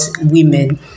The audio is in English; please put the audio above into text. women